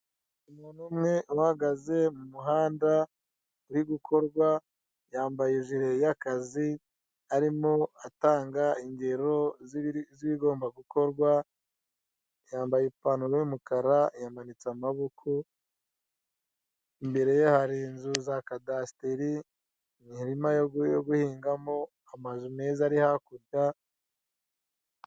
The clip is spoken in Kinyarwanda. Umuntu umwe uhagaze mu muhanda w' igikorwa, yambaye ijire y' akazi. Arimo atanga ingero z'i bigomba gukorwa. yambaye ipantaro y' umukara yamanitse amaboko. Imbere ye hari inzu za kadasiteri, imirima yo guhingamo, n' amazu meza ari hakurya.